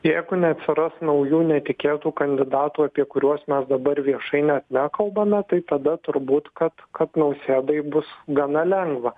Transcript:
jeigu neatsiras naujų netikėtų kandidatų apie kuriuos mes dabar viešai ne nekalbame tai tada turbūt kad kad nausėdai bus gana lengva